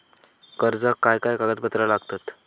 कर्जाक काय काय कागदपत्रा लागतत?